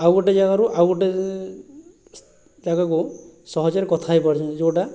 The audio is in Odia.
ଆଉ ଗୋଟେ ଜାଗାରୁ ଆଉ ଗୋଟେ ଜାଗାକୁ ସହଜରେ କଥା ହେଇପାରୁଛନ୍ତି ଯେଉଁଟା